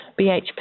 BHP